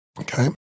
okay